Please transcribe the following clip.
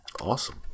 Awesome